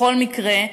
בכל מקרה,